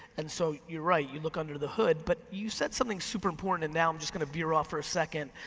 and so you're right, you look under the hood, but you said something super important and now i'm just gonna veer off for a second,